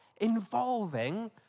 involving